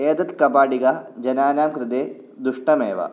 एषा कपाटीका जनानां कृते दुष्टमेव